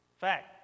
fact